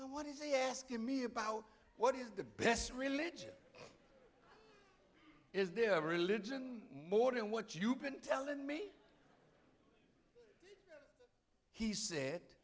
slow what is he asking me about what is the best religion is there a religion more than what you've been telling me he said